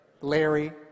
Larry